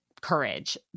courage